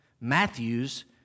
Matthew's